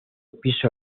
piso